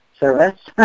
Service